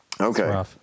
Okay